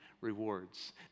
rewards